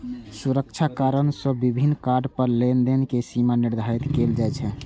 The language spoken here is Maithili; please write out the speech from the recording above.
सुरक्षा कारण सं विभिन्न कार्ड पर लेनदेन के सीमा निर्धारित कैल जाइ छै